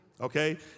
Okay